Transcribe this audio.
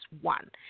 one